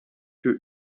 für